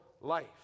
life